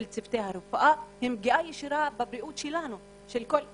צוותי הרפואה הן גם פגיעה ישירה בבריאות של כולנו.